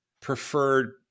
preferred